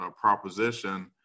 proposition